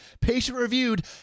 patient-reviewed